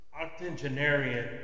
octogenarian